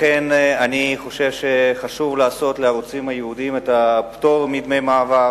לכן אני חושב שחשוב לתת לערוצים הייעודיים את הפטור מדמי מעבר.